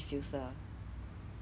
yeah that makes sense